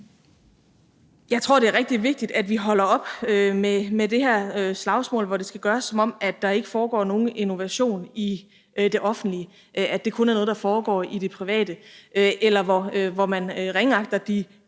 Jeg tror, det er rigtig vigtigt, at vi holder op med det her slagsmål, hvor det skal se ud, som om der ikke foregår nogen innovation i det offentlige, altså at det kun er noget, der foregår i det private, eller hvor man ringeagter de